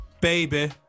Baby